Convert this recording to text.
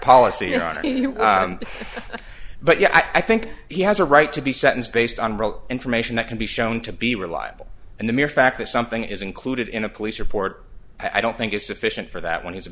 you but yes i think he has a right to be sentenced based on real information that can be shown to be reliable and the mere fact that something is included in a police report i don't think is sufficient for that when he